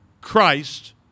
Christ